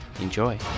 Enjoy